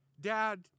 Dad